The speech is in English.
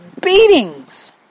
beatings